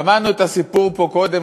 שמענו את הסיפור פה קודם,